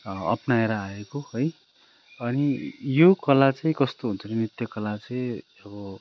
अपनाएर आएको है अनि यो कला चाहिँ कस्तो हुन्छ भने नृत्य कला चाहिँ अब